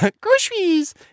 Groceries